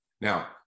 Now